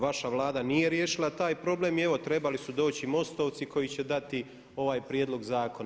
Vaša Vlada nije riješila taj problem i evo trebali su doći MOST-ovci koji će dati ovaj prijedlog zakona.